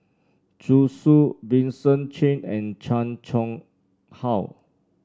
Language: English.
Zhu Xu Vincent Cheng and Chan Chang How